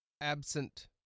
Absent